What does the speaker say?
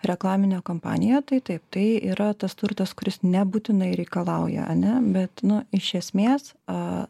reklaminę kampaniją tai taip tai yra tas turtas kuris nebūtinai reikalauja ana bet iš esmės a